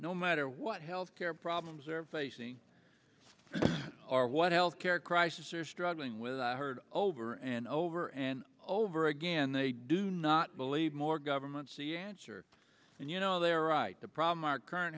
no matter what health care problems are facing our what health care crisis are struggling with i heard over and over and over again they do not believe more governments the answer and you know they are right the problem our current